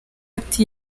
ati